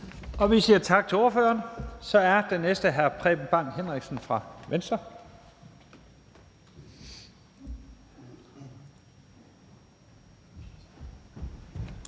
Vi siger tak til ordføreren. Så er den næste ordfører hr. Preben Bang Henriksen fra Venstre.